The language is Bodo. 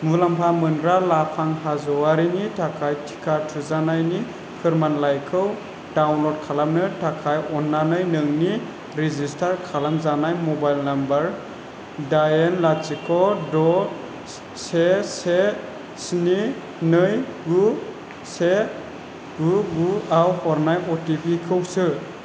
मुलाम्फा मोनग्रा लाफां हाज'वारिनि थाखाय थिखा थुजानायनि फोरमानलाइखौ डाउनलड खालामनो थाखाय अन्नानै नोंनि रेजिस्थार खालाम जानाय मबाइल नाम्बार दाइन लाथिख' द' से से स्नि नै गु से गु गु आव हरनाय अटिपिखौ सो